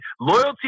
loyalty